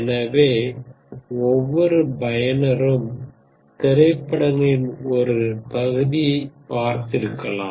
எனவே ஒவ்வொரு பயனரும் திரைப்படங்களின் ஒரு பகுதியைப் பார்த்திருக்கலாம்